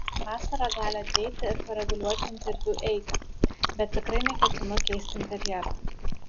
vasara gali ateiti ir pareguliuoti interviu eigą bet tikrai neketinu keisti interjero